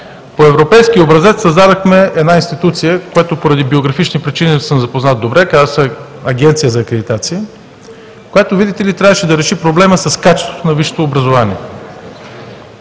По европейски образец създадохме една институция, с която поради биографични причини съм запознат добре – казва се Агенция за акредитация, която, видите ли, трябваше да реши проблема с качеството на висшето образование.